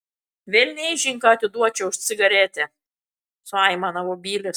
velniaižin ką atiduočiau už cigaretę suaimanavo bilis